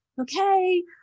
okay